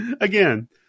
Again